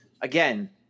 again